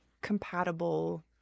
compatible